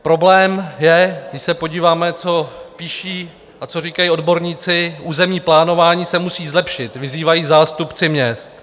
Problém je, když se podíváme, co píší a co říkají odborníci: Územní plánování se musí zlepšit, vyzývají zástupci měst.